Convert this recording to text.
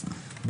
אני רק שנתיים,